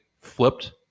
flipped